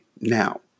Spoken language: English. now